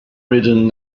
ridden